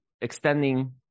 extending